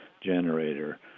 generator